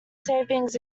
savings